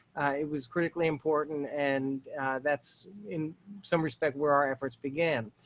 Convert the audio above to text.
it was critically important. and that's in some respect, where our efforts began